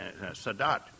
Sadat